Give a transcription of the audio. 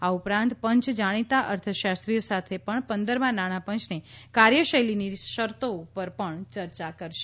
આ ઉપરાંત પંચ જાણીતા અર્થશાસ્ત્રીઓ સાથે પણ પંદરમા નાણાંપંચની કાર્યશૈલીની શરતો ઉપર પણ ચર્ચા કરશે